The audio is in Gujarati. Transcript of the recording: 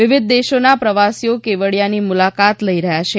વિવિધ દેશોના પ્રવાસીઓ કેવડીયાની મુલાકાત લઇ રહયાં છે